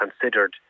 considered